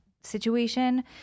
situation